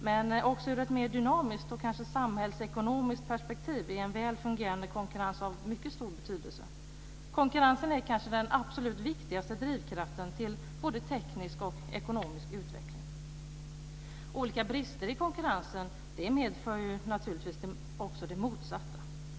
Men också ur ett mer dynamiskt och kanske samhällsekonomiskt perspektiv är en väl fungerande konkurrens av mycket stor betydelse. Konkurrensen är kanske den absolut viktigaste drivkraften till både teknisk och ekonomisk utveckling. Olika brister i konkurrensen medför naturligtvis också det motsatta.